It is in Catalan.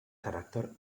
caràcter